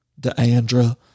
Deandra